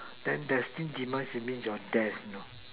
then destine demise is means your death you know